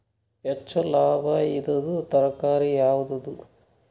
ಹೆಚ್ಚು ಲಾಭಾಯಿದುದು ತರಕಾರಿ ಯಾವಾದು?